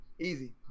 Easy